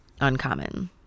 uncommon